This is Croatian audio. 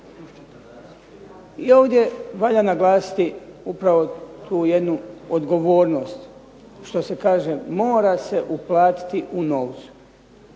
Ovdje valja naglasiti upravo tu jednu odgovornost, što se kaže mora se uplatiti u novcu,